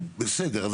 בסדר.